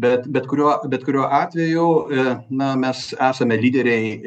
bet bet kuriuo bet kuriuo atveju na mes esame lyderiai